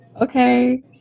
okay